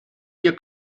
ihr